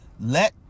let